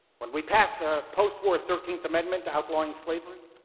when we passed the post-war thirteenth amendment, outlawing slavery,